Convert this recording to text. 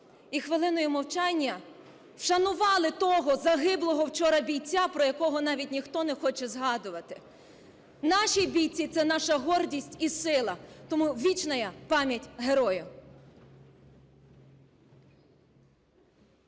і хвилиною мовчання вшанували того загиблого вчора бійця, про якого навіть ніхто не хоче згадувати. Наші бійці – це наша гордість і сила. Тому вічна пам'ять герою.